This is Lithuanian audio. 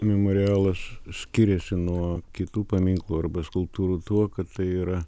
memorialas skiriasi nuo kitų paminklų arba skulptūrų tuo kad tai yra